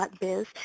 .biz